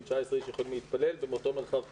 19 אנשים יכולים להתפלל באותו מרחב פתוח.